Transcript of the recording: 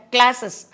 Classes